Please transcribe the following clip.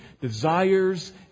desires